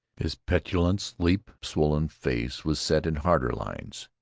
his petulant, sleep-swollen face was set in harder lines.